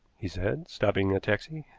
he said, stopping a taxi.